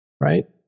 right